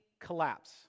collapse